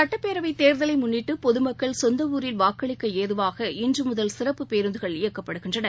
சுட்டப்பேரவைத் தேர்தலை முன்னிட்டு பொது மக்கள் சொந்த ஊரில் வாக்களிக்க ஏதுவாக இன்றுமுதல் சிறப்புப் பேருந்துகள் இயக்கப்படுகின்றன